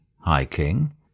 hiking